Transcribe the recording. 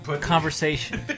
Conversation